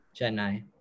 Chennai